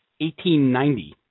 1890